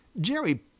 Jerry